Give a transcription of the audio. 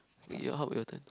how about your turn